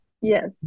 Yes